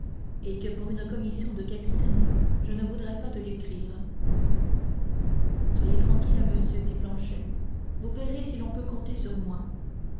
et que pour une commission de capitaine je ne voudrais pas te l'écrire soyez tranquille monsieur dit planchet vous verrez si l'on peut compter sur moi